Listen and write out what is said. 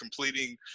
completing